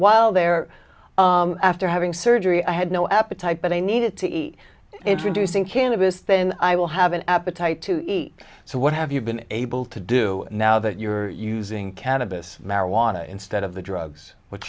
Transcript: while there after having surgery i had no appetite but i needed to eat introducing cannabis then i will have an appetite to eat so what have you been able to do now that you're using cannabis marijuana instead of the drugs w